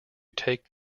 take